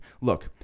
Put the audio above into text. Look